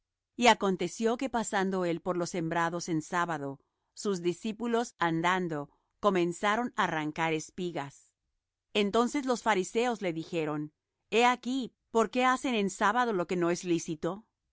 y aconteció que pasando él por los sembrados en sábado sus discípulos andando comenzaron á arrancar espigas entonces los fariseos le dijeron he aquí por qué hacen en sábado lo que no es lícito